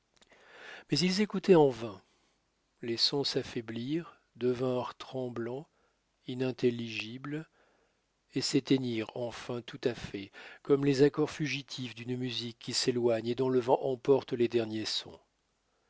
mais ils écoutaient en vain les sons s'affaiblirent devinrent tremblants inintelligibles et s'éteignirent enfin tout à fait comme les accords fugitifs d'une musique qui s'éloigne et dont le vent emporte les derniers sons